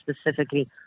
specifically